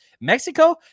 Mexico